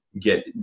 get